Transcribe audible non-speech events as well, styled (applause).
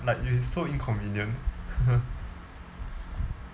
like it's so inconvenient (laughs)